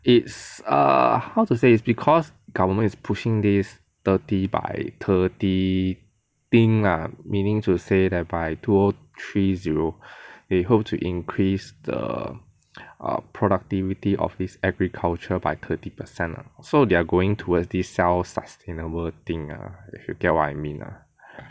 it's err how to say is because government is pushing this thirty by thirty thing lah meaning to say that by two oh three zero they hope to increase the err productivity of this agriculture by thirty percent so they're going towards this self sustainable thing lah if you get what I mean lah